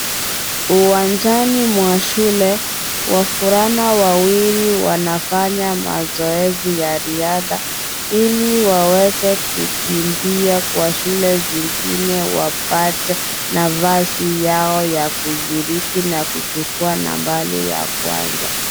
Uwanjani mwa shule, wavulana wawili wanafanya mazoezi ya riadha ili waweze kukimbia kwa shule zingine wapate nafasi yao ya kushiriki na kuchukua nambari ya kwanza.